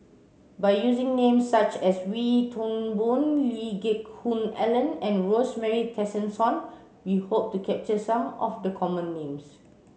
by using names such as Wee Toon Boon Lee Geck Hoon Ellen and Rosemary Tessensohn we hope to capture some of the common names